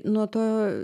nuo to